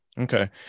Okay